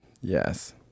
Yes